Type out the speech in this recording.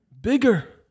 bigger